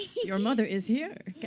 your mother is here.